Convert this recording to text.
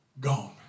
gone